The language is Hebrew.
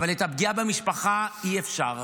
אבל את הפגיעה במשפחה אי-אפשר,